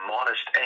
Modest